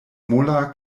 mola